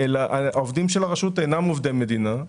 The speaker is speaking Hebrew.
העובדים של הרשות אינם עובדי מדינה.